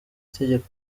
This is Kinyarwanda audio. itegeko